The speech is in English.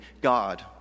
God